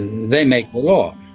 they make the law.